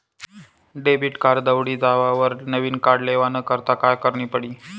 Debit card दवडी जावावर नविन कार्ड लेवानी करता काय करनं पडी?